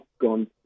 gone